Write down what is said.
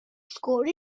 score